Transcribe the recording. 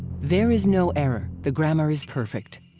there is no error, the grammar is perfect.